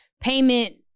Payment